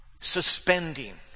suspending